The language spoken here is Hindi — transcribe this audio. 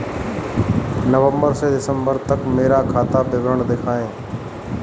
नवंबर से दिसंबर तक का मेरा खाता विवरण दिखाएं?